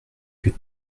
que